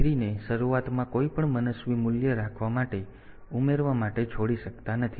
3 ને શરૂઆતમાં કોઈપણ મનસ્વી મૂલ્ય રાખવા માટે ઉમેરવા માટે છોડી શકતા નથી